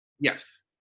Yes